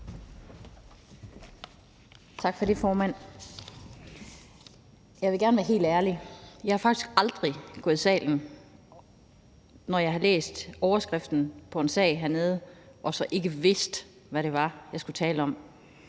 Tak for det, formand. Jeg vil gerne være helt ærlig. Jeg er faktisk aldrig gået i salen efter at have læst overskriften på en sag hernede uden at vide, hvad det var, at jeg skulle tale om.